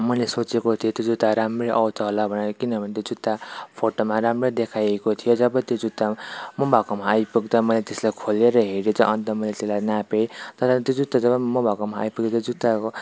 मैले सोचेको थिएँ त्यो जुत्ता राम्रै आउँछ होला भनेर किनभने त्यो जुत्ता फोटोमा राम्रै देखाइएको थियो जब त्यो जुत्ता म भएकोमा आइपुग्दा मैले त्यसलाई मैले खोलेर हेरेँ च अन्त त्यसलाई मैले नापेँ तर त्यो जुत्ता जब म भएकोमा आइपुग्यो त्यो जुत्ताको